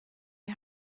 you